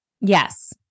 Yes